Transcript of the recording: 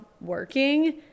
working